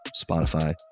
Spotify